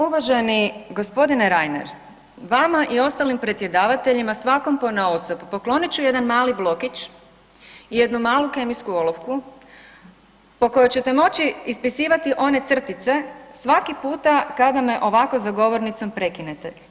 Uvaženi g. Reiner, vama i ostalim predsjedavateljima svakom ponaosob poklonit ću jedan mali blokić i jednu malu kemijsku olovku po kojoj ćete moći ispisivati one crtice svaki puta kada me ovako za govornicom prekinete.